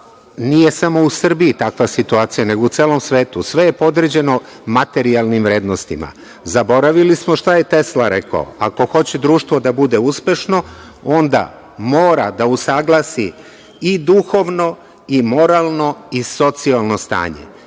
Nije samo u Srbiji takva situacija, nego u celom svetu. Sve je podređeno materijalnim vrednostima. Zaboravili smo šta je Tesla rekao – ako hoće društvo da bude uspešno, onda mora da usaglasi i duhovno i moralno i socijalno stanje.E,